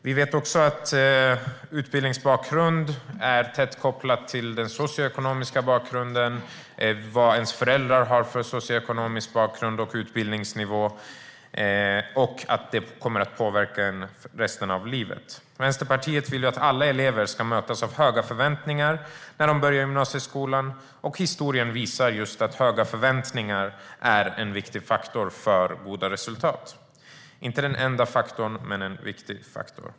Vi vet att utbildningsbakgrund är tätt kopplad till den socioekonomiska bakgrunden - vilken socioekonomisk bakgrund och utbildningsnivå ens föräldrar har. Det kommer att påverka en för resten av livet. Vänsterpartiet vill att alla elever ska mötas av höga förväntningar när de börjar i gymnasieskolan. Historien visar just att höga förväntningar är en viktig faktor för goda resultat. Det är inte den enda faktorn, men en viktig faktor.